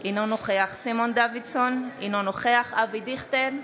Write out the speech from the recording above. אינו נוכח סימון דוידסון, אינו נוכח אבי דיכטר,